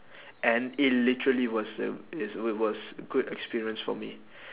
and it literally was a it's it was good experience for me